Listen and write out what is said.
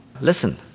Listen